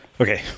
Okay